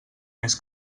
més